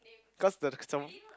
cause the